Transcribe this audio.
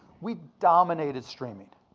we dominated streaming.